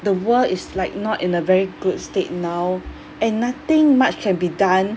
the world is like not in a very good state now and nothing much can be done